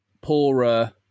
poorer